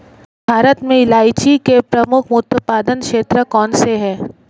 भारत में इलायची के प्रमुख उत्पादक क्षेत्र कौन से हैं?